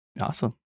awesome